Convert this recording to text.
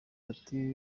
ati